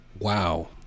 Wow